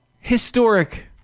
Historic